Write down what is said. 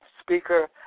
speaker